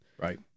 Right